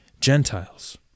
Gentiles